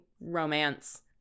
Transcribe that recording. romance